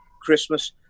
Christmas